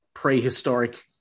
prehistoric